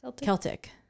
Celtic